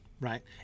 right